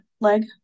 leg